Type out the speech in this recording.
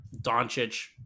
Doncic